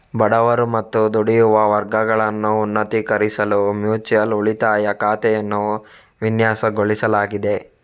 ಬಡವರು ಮತ್ತು ದುಡಿಯುವ ವರ್ಗಗಳನ್ನು ಉನ್ನತೀಕರಿಸಲು ಮ್ಯೂಚುಯಲ್ ಉಳಿತಾಯ ಖಾತೆಯನ್ನು ವಿನ್ಯಾಸಗೊಳಿಸಲಾಗಿದೆ